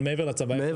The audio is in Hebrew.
אבל מעבר לצבא?